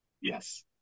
Yes